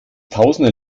tausende